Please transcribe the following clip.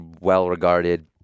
well-regarded